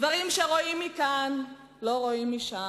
דברים שרואים מכאן לא רואים משם.